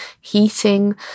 heating